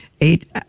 Eight